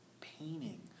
painting